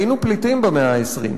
היינו פליטים במאה ה-20.